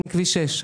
אין כביש 6,